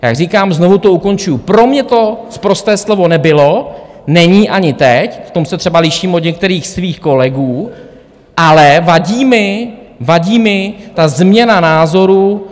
Jak říkám, znovu to ukončuju, pro mě to sprosté slovo nebylo, není ani teď, v tom se třeba liším od některých svých kolegů, ale vadí mi, vadí mi ta změna názorů.